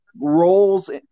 roles